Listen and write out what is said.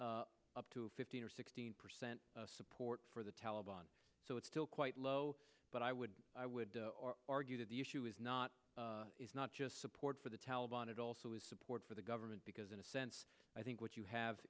increase up to fifteen or sixteen percent support for the taliban so it's still quite low but i would i would argue that the issue is not is not just support for the taliban it also is support for the government because in a sense i think what you have